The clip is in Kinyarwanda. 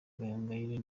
gahongayire